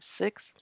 six